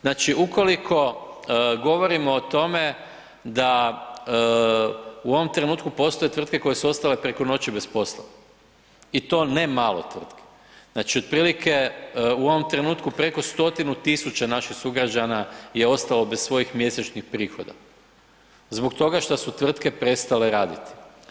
Znači ukoliko govorimo o tome da u ovom trenutku postoje tvrtke koje su ostale preko noći bez posla i to ne malo tvrtki, znači otprilike u ovom trenutku preko 100 000 naših sugrađana je ostalo bez svojih mjesečnih prihoda zbog toga šta su tvrtke prestale raditi.